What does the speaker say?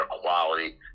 quality